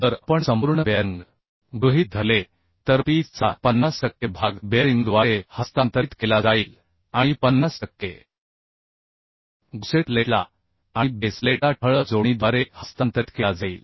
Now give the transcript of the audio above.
जर आपण संपूर्ण बेअरिंग गृहीत धरले तर पीचचा 50 टक्के भाग बेअरिंगद्वारे हस्तांतरित केला जाईल आणि 50 टक्के गुसेट प्लेटला आणि बेस प्लेटला ठळक जोडणीद्वारे हस्तांतरित केला जाईल